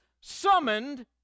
summoned